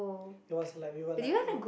that was like we were like